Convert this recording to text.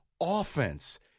offense